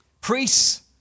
Priests